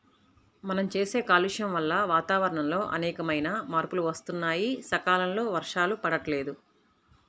మనం చేసే కాలుష్యం వల్ల వాతావరణంలో అనేకమైన మార్పులు వత్తన్నాయి, సకాలంలో వర్షాలు పడతల్లేదు